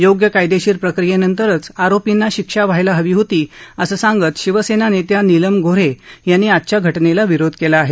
योग्य कायदेशीर प्रक्रियेनंतरच आरोपींना शिक्षा व्हायला हवी होती असं सांगत शिवसेना नेत्या नीलम गो हे यांनी आजच्या घजिला विरोध केला आहे